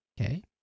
okay